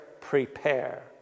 prepare